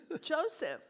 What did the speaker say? Joseph